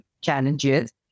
challenges